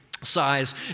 size